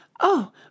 Oh